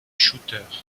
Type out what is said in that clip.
shooter